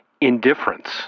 indifference